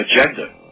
agenda